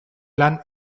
lan